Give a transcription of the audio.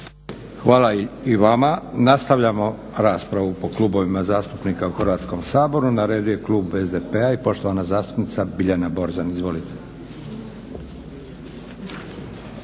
Hvala i vama. Nastavljamo raspravu po klubovima zastupnika u Hrvatskom saboru. Na redu je klub SDP-a i poštovana zastupnica Biljana Borzan. Izvolite.